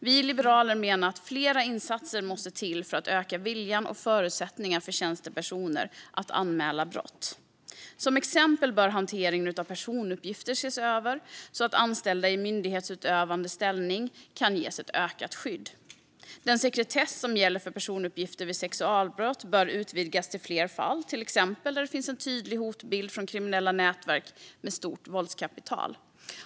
Vi liberaler menar att flera insatser måste göras för att öka viljan och förutsättningarna för tjänstepersoner att anmäla brott. Till exempel bör hanteringen av personuppgifter ses över så att anställda i myndighetsutövande ställning ges ett ökat skydd. Den sekretess som gäller för personuppgifter vid sexualbrott bör utvidgas till fler fall, exempelvis där det finns en tydlig hotbild från kriminella nätverk med stort våldskapital.